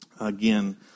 again